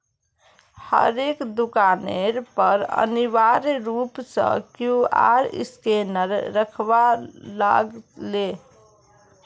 हरेक दुकानेर पर अनिवार्य रूप स क्यूआर स्कैनक रखवा लाग ले